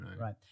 Right